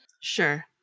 Sure